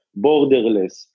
borderless